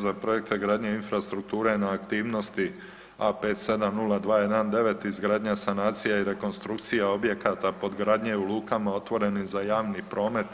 Za projekte gradnje infrastrukture na aktivnost A570219 izgradnja sanacija i rekonstrukcija objekata podgradnje u lukama otvoren je za javni promet